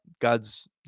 God's